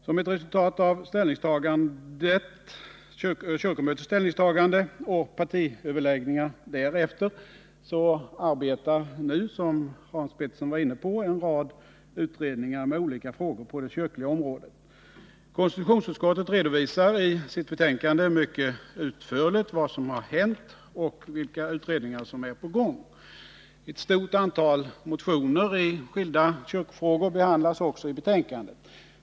Som ett resultat av kyrkomötets ställningstagande och partiöverläggningar därefter arbetar nu, som Hans Petersson var inne på, en rad utredningar med olika frågor på det kyrkliga området. Konstitutionsutskottet redovisar i sitt betänkande mycket utförligt vad som hänt och vilka utredningar som är på gång. Ett stort antal motioner i skilda kyrkofrågor behandlas också i betänkandet.